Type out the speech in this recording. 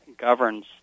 governs